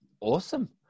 Awesome